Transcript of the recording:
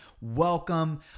welcome